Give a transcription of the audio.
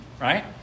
Right